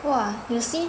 !wah! you see